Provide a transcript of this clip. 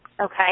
Okay